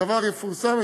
הדבר יפורסם.